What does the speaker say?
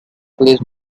place